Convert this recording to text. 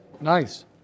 Nice